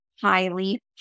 highly